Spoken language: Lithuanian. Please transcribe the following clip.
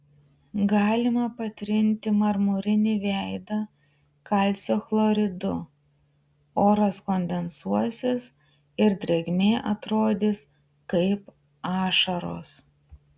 galima patrinti marmurinį veidą kalcio chloridu oras kondensuosis ir drėgmė atrodys kaip ašaros